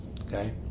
Okay